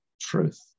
truth